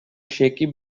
shaky